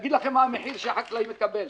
להגיד לכם מה המחיר שהחקלאי מקבל.